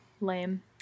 lame